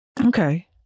Okay